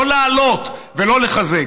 לא לעלות ולא לחזק.